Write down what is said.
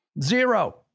zero